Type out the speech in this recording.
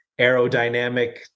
aerodynamic